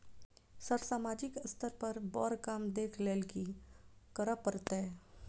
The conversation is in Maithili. सर सामाजिक स्तर पर बर काम देख लैलकी करऽ परतै?